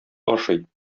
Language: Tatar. ашый